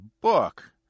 book